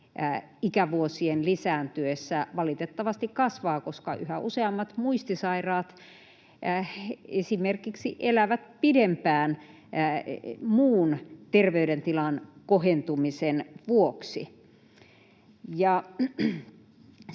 ikävuosien lisääntyessä valitettavasti kasvavat, koska esimerkiksi yhä useammat muistisairaat elävät pidempään muun terveydentilan kohentumisen vuoksi.